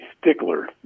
stickler